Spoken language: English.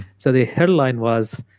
so the headline was